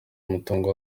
umutungo